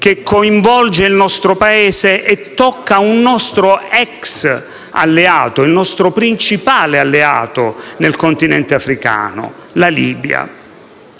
che coinvolge il nostro Paese e tocca un nostro ex alleato, il nostro principale alleato nel continente africano, la Libia.